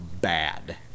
bad